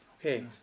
Okay